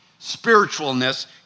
spiritualness